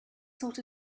sort